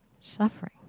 suffering